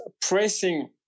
pressing